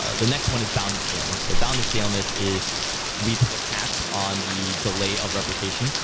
ah the next one is bounded staleness. so bounded staleness is we put a cap on the delay of replication.